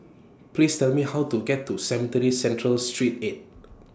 Please Tell Me How to get to Cemetry Central Street eight